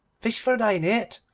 fish for thy net,